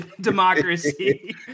democracy